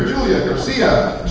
yeah garcia,